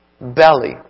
belly